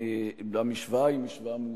והמשוואה היא משוואה מאוזנת.